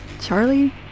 Charlie